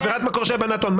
מה העונש על הלבנת הון?